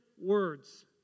words